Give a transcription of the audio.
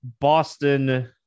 Boston